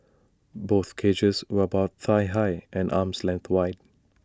both cages were about thigh high and arm's length wide